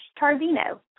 Tarvino